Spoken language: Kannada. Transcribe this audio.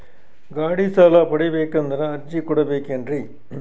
ಗಾಡಿ ಸಾಲ ಪಡಿಬೇಕಂದರ ಅರ್ಜಿ ಕೊಡಬೇಕೆನ್ರಿ?